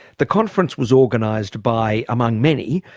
the conference was organised by among many,